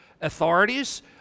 authorities